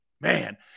man